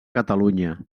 catalunya